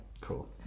cool